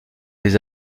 des